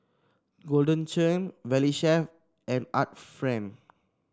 Golden Churn Valley Chef and Art Friend